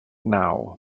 now